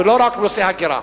ולא רק נושא ההגירה.